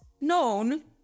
known